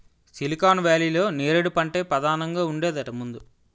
silicon వేలీలో నేరేడు పంటే పదానంగా ఉండేదట ముందు